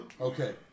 Okay